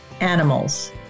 animals